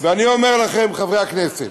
ואני אומר לכם, חברי הכנסת,